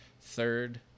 third